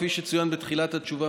כפי שצוין בתחילת התשובה,